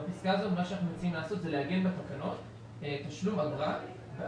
בפסקה הזאת אנחנו מציעים לעגן בתקנות תשלום אגרה על